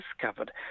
discovered